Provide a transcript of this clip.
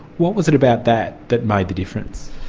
what was it about that that made the difference?